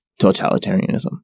totalitarianism